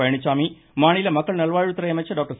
பழனிச்சாமி மாநில மக்கள் நல்வாழ்வுத்துறை அமைச்சர் டாக்டர்